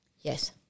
yes